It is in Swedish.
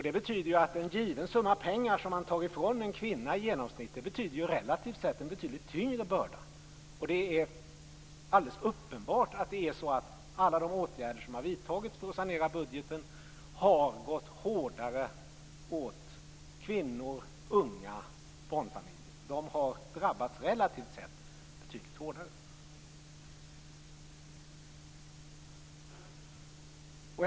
Det betyder att en given summa pengar som man tar från en kvinna i genomsnitt innebär relativt sett en betydligt tyngre börda. Det är alldeles uppenbart att alla de åtgärder som vidtagits för att sanera budgeten drabbat kvinnor, unga och barnfamiljer hårt. De har drabbats relativt sett hårdare.